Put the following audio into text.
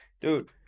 dude